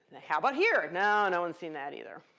how about here? no. no one's seen that either.